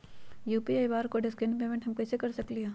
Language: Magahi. यू.पी.आई बारकोड स्कैन पेमेंट हम कईसे कर सकली ह?